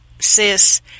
sis